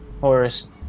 Horace